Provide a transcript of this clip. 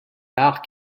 l’art